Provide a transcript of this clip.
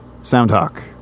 Soundhawk